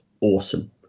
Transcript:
awesome